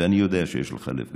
ואני יודע שיש לך לב גדול,